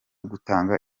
gutanga